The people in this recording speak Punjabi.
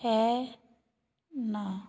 ਹੈ ਨਾ